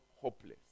hopeless